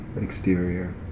exterior